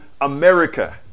America